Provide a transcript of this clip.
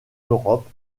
europe